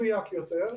מדויק יותר,